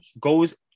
goes